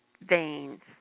veins